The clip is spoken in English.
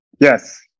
Yes